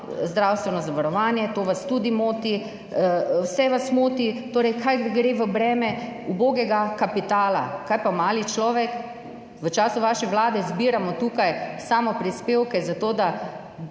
zdravstveno zavarovanje, to vas tudi moti, vse vas moti, torej kar gre v breme ubogega kapitala. Kaj pa mali človek? V času vaše vlade zbiramo tukaj samoprispevke, zato da